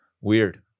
Weird